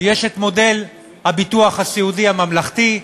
יש מודל הביטוח הסיעודי הממלכתי,